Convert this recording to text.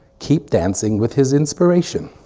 keep dancing with his inspiration.